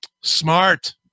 smart